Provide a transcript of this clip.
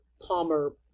Palmer